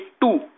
two